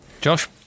Josh